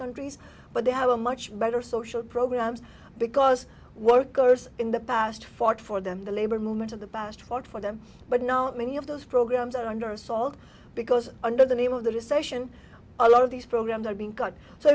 countries but they have a much better social programs because workers in the past for for them the labor movement of the past four for them but not many of those programs are under assault because under the name of the recession a lot of these programs are being cut so